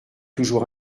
toujours